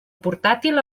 portàtil